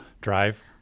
Drive